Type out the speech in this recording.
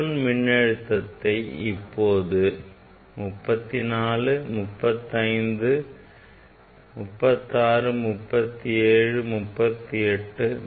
U 1 மின்னழுத்தத்தை இப்போது 34 அடுத்து 35 அடுத்து 36 37 38 39 39